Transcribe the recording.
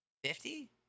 Fifty